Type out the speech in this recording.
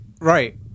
right